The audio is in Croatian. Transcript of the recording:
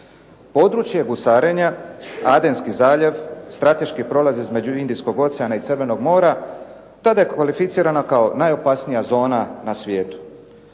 Područje gusarenja, Adenski zaljev, strateški prolaz između Indijskog oceana i Crvenog mora tada je kvalificirana kao najopasnija zona na svijetu.